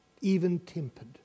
even-tempered